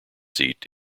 seat